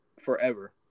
forever